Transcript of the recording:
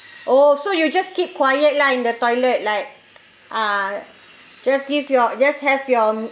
oh so you just keep quiet lah in the toilet like uh just give your just have your